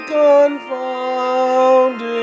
confounded